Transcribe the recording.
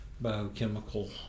biochemical